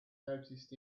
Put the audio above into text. noticed